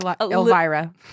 Elvira